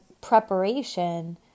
preparation